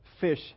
fish